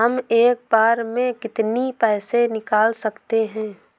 हम एक बार में कितनी पैसे निकाल सकते हैं?